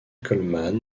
coleman